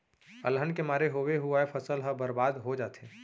अलहन के मारे होवे हुवाए फसल ह बरबाद हो जाथे